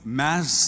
mass